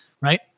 Right